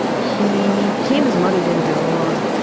he came. his mother didn't get along.